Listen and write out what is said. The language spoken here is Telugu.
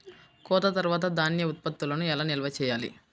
కోత తర్వాత ధాన్య ఉత్పత్తులను ఎలా నిల్వ చేయాలి?